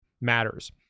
matters